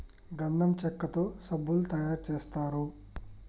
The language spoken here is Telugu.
గంధం చెక్కతో సబ్బులు తయారు చేస్తారు